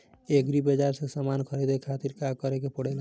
Agri बाज़ार से समान ख़रीदे खातिर का करे के पड़ेला?